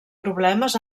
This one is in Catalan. problemes